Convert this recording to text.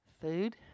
Food